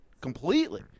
completely